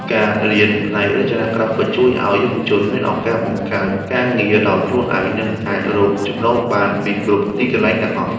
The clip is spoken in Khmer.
ការរៀនផ្នែករចនាក្រាហ្វិកជួយឱ្យយុវជនមានឱកាសបង្កើតការងារដោយខ្លួនឯង និងអាចរកចំណូលបានពីគ្រប់ទីកន្លែងទាំងអស់។